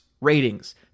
ratings